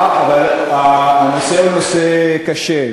אבל הנושא הוא נושא קשה.